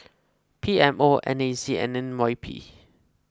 P M O N A C and N Y P